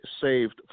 saved